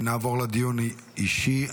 נעבור לדיון אישי.